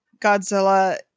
godzilla